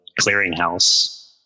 clearinghouse